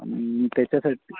आणि त्याच्यासाठी